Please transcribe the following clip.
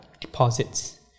deposits